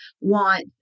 want